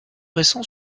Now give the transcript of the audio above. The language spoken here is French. récents